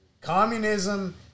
Communism